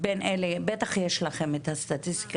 בטח יש לכם נתונים.